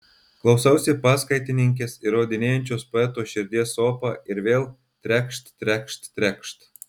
klausausi paskaitininkės įrodinėjančios poeto širdies sopą ir vėl trekšt trekšt trekšt